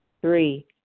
Three